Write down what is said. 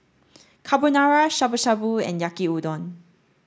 Carbonara Shabu Shabu and Yaki Udon